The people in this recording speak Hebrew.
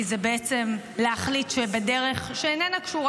כי זה בעצם להחליט שבדרך שאיננה קשורה